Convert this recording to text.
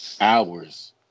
hours